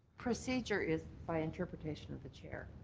procedure is by interpretation of the chair.